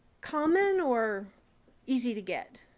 common or easy to get?